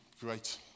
great